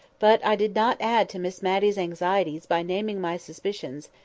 but i did not add to miss matty's anxieties by naming my suspicions,